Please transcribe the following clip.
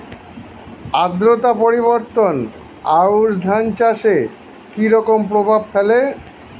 আদ্রতা পরিবর্তন আউশ ধান চাষে কি রকম প্রভাব ফেলে?